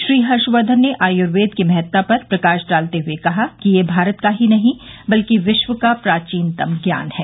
श्री हर्षवर्धन ने आयुर्वद की महत्ता पर प्रकाश डालते हुए कहा कि यह भारत का ही नहीं बल्कि विश्व का प्राचीनतम ज्ञान है